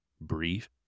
brief